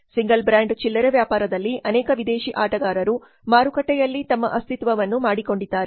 single brand ಚಿಲ್ಲರೆ ವ್ಯಾಪಾರದಲ್ಲಿ ಅನೇಕ ವಿದೇಶಿ ಆಟಗಾರರು ಮಾರುಕಟ್ಟೆಯಲ್ಲಿ ತಮ್ಮ ಅಸ್ತಿತ್ವವನ್ನು ಮಾಡಿಕೊಂಡಿದ್ದಾರೆ